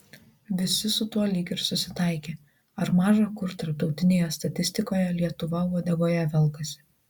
visi su tuo lyg ir susitaikė ar maža kur tarptautinėje statistikoje lietuva uodegoje velkasi